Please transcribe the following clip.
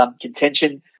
contention